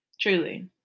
Truly